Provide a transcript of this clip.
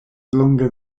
longer